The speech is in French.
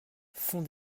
fond